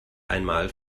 einmal